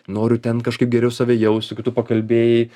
noriu ten kažkaip geriau save jaust su kitu pakalbėjai